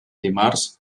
dimarts